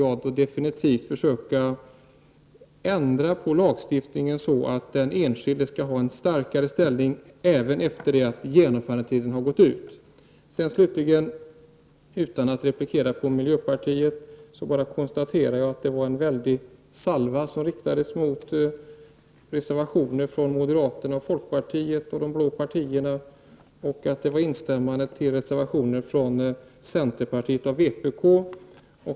Jag vill definitivt försöka ändra lagstiftningen så att enskilda får en starkare ställning även efter det att genomförandetiden gått ut. Utan att replikera på vad miljöpartiets företrädare sagt konstaterar jag att en väldig salva riktades mot reservationer från moderaterna och folkpartiet, de blå partierna, och man instämde i reservationer från centerpartiet och vpk.